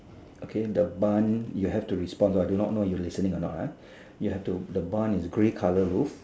okay the bun you have to respond so I do not know you listening or not ah you have to the bun is grey colour roof